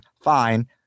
Fine